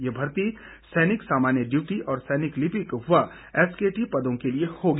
ये भर्ती सैनिक सामान्य डयूटी और सैनिक लिपिक व एसकेटी पदों के लिए होगी